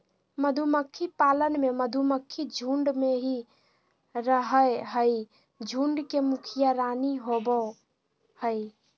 मधुमक्खी पालन में मधुमक्खी झुंड में ही रहअ हई, झुंड के मुखिया रानी होवअ हई